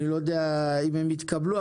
אני לא יודע אם הם יתקבלו,